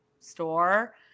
store